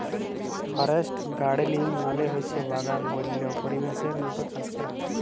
forest গাড়েলিং মালে হছে বাগাল বল্য পরিবেশের মত চাষ ক্যরা